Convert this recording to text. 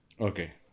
Okay